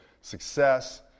success